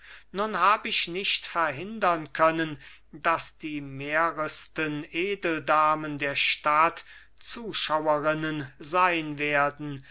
nun hab ich nicht verhindern können daß die mehresten edeldamen der stadt zuschauerinnen sein werden